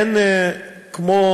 אין כמו